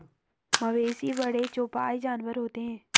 मवेशी बड़े चौपाई जानवर होते हैं